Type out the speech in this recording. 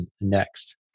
next